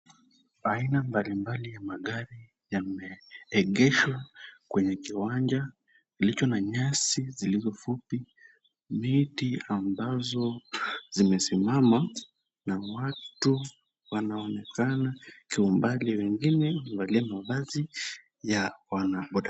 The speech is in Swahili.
Aina mbalimbali ya magari yameegesha kwenye kiwanja kilicho na nyasi zilizo fupi. Miti ambazo zimesimama na watu wanaonekana kiumbali, wengine wamevalia mavazi ya wanaboda.